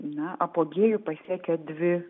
ne apogėjų pasiekia dvi